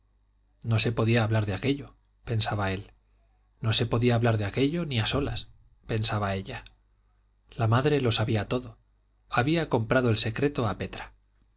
no se podía hablar de aquello pensaba él no se podía hablar de aquello ni a solas pensaba ella la madre lo sabía todo había comprado el secreto a petra